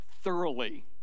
thoroughly